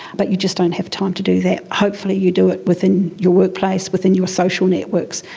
but you just don't have time to do that. hopefully you do it within your workplace, within your social networks,